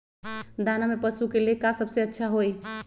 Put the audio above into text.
दाना में पशु के ले का सबसे अच्छा होई?